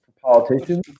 politicians